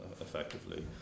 effectively